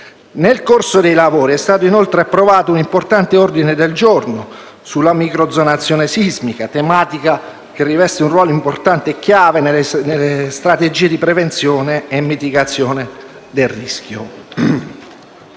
Nel corso dei lavori è stato inoltre approvato un importante ordine del giorno sulla microzonazione sismica, tematica che riveste un ruolo importante e chiave nelle strategie di prevenzione e mitigazione del rischio.